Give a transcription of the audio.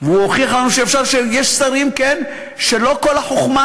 והוא הוכיח לנו שיש שרים שלא כל החוכמה